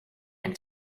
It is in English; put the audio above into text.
and